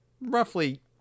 roughly